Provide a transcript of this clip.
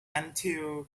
until